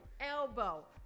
Elbow